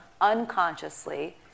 unconsciously